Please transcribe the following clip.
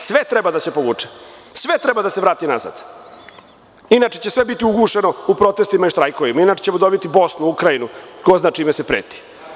Sve treba da se povuče, sve treba da se vrati nazad, inače će sve biti ugušeno u protestima i štrajkovima, inače ćemo dobiti Bosnu, Ukrajinu, ko zna čime se preti.